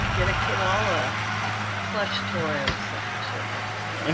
get a koala plush toy or some shit like that.